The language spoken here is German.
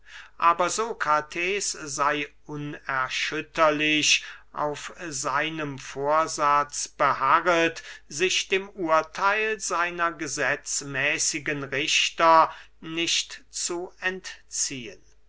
aber sokrates sey unerschütterlich auf seinem vorsatz beharret sich dem urtheil seiner gesetzmäßigen richter nicht zu entziehen